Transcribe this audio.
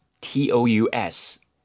T-O-U-S